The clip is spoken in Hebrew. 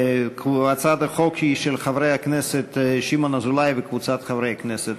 הצעת החוק היא של חברי הכנסת שמעון אוחיון וקבוצת חברי הכנסת.